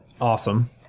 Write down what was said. awesome